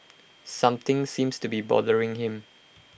something seems to be bothering him